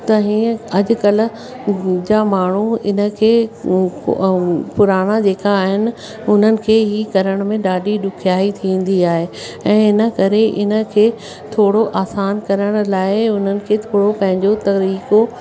त हीअं अॼुकल्ह जा माण्हू हिनखे ऐं पुराणा जेका आहिनि उन्हनि खे ही करण में ॾाढी ॾुखियाई थींदी आहे ऐं हिन करे हिनखे थोरो आसान करण लाइ उन्हनि खे थोरो पंहिंजो तरीक़ो